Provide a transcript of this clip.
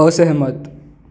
असहमत